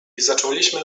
zaczęliśmy